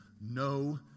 no